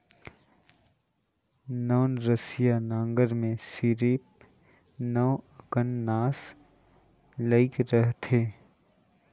नवनसिया नांगर मे सिरिप नव अकन नास लइग रहथे